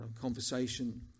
conversation